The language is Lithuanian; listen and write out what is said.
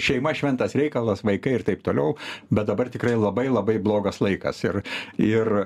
šeima šventas reikalas vaikai ir taip toliau bet dabar tikrai labai labai blogas laikas ir ir